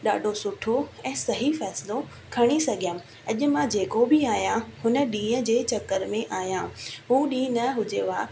ॾाढो सुठो ऐं सही फ़ैसिलो खणी सघियमि अॼु मां जेको बि आहियां हुन ॾींहं जे चकर में आहियां हू ॾींहुं न हुजेव